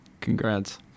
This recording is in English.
congrats